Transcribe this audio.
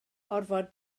orfod